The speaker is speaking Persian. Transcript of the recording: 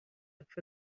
فکر